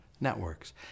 networks